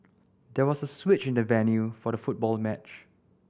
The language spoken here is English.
there was a switch in the venue for the football match